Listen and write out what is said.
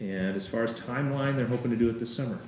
and as far as timeline they're hoping to do it this summer